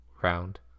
round